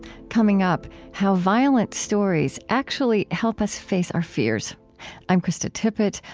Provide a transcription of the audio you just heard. coming up, how violent stories actually help us face our fears i'm krista tippett.